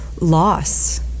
loss